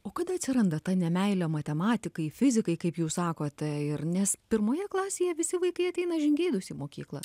o kada atsiranda ta nemeilė matematikai fizikai kaip jūs sakot ir nes pirmoje klasėje visi vaikai ateina žingeidūs į mokyklą